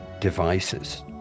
devices